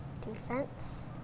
Defense